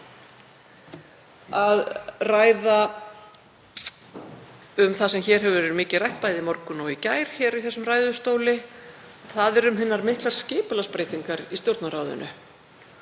að ræða um það sem hér hefur verið mikið rætt bæði í morgun og í gær í þessum ræðustóli, en það eru hinar miklu skipulagsbreytingar í Stjórnarráðinu.